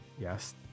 Yes